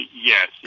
Yes